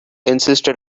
insisted